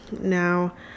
now